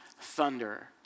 thunder